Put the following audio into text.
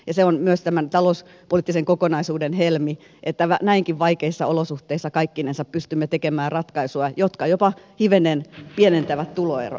ja se on myös tämän talouspoliittisen kokonaisuuden helmi että näinkin vaikeissa olosuhteissa kaikkinensa pystymme tekemään ratkaisuja jotka jopa hivenen pienentävät tuloeroja